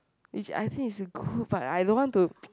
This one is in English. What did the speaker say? it's I think it's good but I don't want to